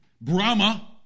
Brahma